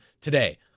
today